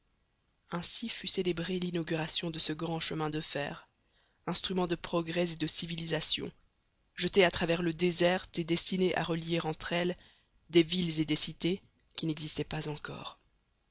ainsi fut célébrée l'inauguration de ce grand chemin de fer instrument de progrès et de civilisation jeté à travers le désert et destiné à relier entre elles des villes et des cités qui n'existaient pas encore